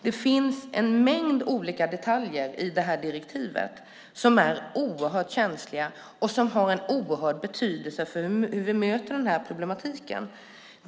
Det finns en mängd olika detaljer i direktivet som är oerhört känsliga och som har en oerhörd betydelse för hur vi möter problematiken.